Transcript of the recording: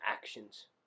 actions